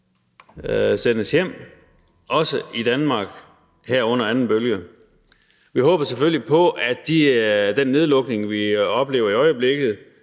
sendes hjem, også i Danmark her under anden bølge. Vi håber selvfølgelig på, at den nedlukning, vi oplever i øjeblikket,